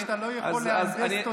איזה מזל שאתה לא יכול להנדס תודעה עכשיו,